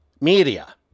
media